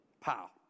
Pow